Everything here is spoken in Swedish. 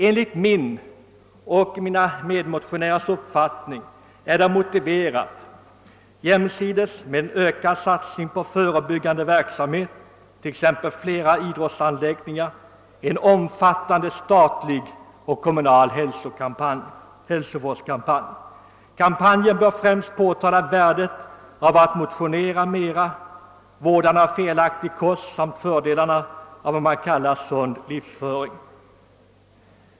Enligt min och mina medmotionärers uppfattning är det — jämsides med en ökad satsning på förebyggande verksamhet, t.ex. flera idrottsanläggningar — motiverat med en omfattande statlig och kommunal hälsovårdskampanj. Kampanjen bör främst påpeka värdet av att motionera mera, vådan av felaktig kost samt fördelarna av vad man kallar sund livsföring.